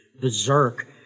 berserk